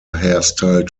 hairstyle